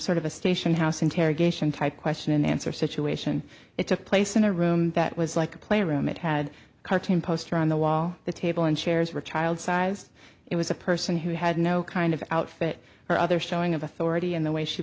sort of a station house interrogation type question in answer situation it took place in a room that was like a play room it had a cartoon poster on the wall the table and chairs were child sized it was a person who had no kind of outfit or other showing of authority and the way she